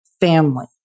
family